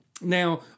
Now